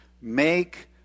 Make